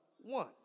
one